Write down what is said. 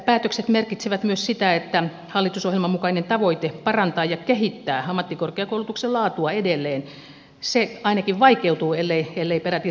päätökset merkitsevät myös sitä että hallitusohjelman mukainen tavoite parantaa ja kehittää ammattikorkeakoulutuksen laatua edelleen ainakin vaikeutuu ellei peräti romutu